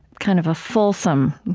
kind of a fulsome,